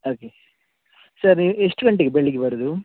okay sir ನೀವು ಎಷ್ಟು ಗಂಟೆಗೆ ಬೆಳಗ್ಗೆ ಬರೋದು